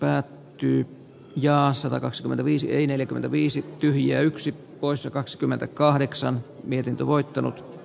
päättyi jo asuva kaksikymmentäviisi neljäkymmentäviisi tyhjiä yksi poissa kaksikymmentä kahdeksan miehen tavoita